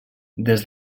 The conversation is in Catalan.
des